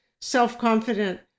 self-confident